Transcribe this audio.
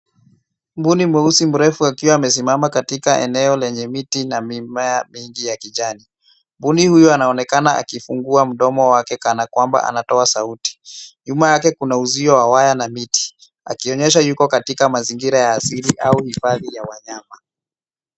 Mbuni mweusi mrefu akiwa amesimama katika eneo la mimea mingi ya kijani. Mbuni huyu anaonekana akifungua mdomo wake kana kwamba anatoa sauti. Nyuma yake kuna uzio wa waya na miti akionyesha yuko katika mazingira ya asili au hifadhi ya wanyama.